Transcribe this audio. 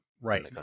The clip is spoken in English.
Right